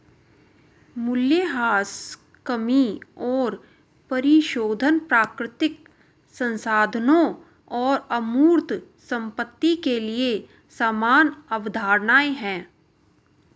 मूल्यह्रास कमी और परिशोधन प्राकृतिक संसाधनों और अमूर्त संपत्ति के लिए समान अवधारणाएं हैं